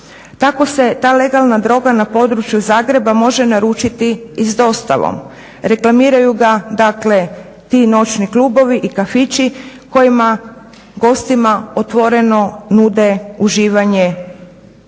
Tako se ta legalna droga na području Zagreba može naručiti i s dostavom. Reklamiraju ga, dakle ti noćni klubovi i kafići kojima gostima otvoreno nude uživanje